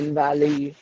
valley